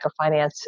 microfinance